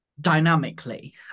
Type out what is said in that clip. dynamically